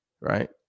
right